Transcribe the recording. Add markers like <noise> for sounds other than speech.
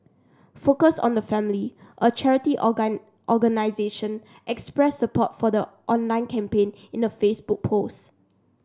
focus on the Family a charity <unintelligible> organisation expressed support for the online campaign in a Facebook post